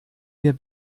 mir